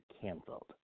canceled